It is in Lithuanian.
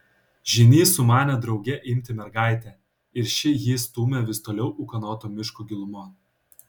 žynys sumanė drauge imti mergaitę ir ši jį stūmė vis toliau ūkanoto miško gilumon